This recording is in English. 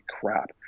crap